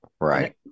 Right